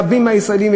רבים מהישראלים,